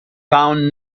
found